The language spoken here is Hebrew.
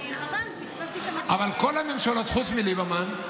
אבל כל הממשלות חוץ מליברמן,